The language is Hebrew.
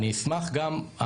אני אשמח גם,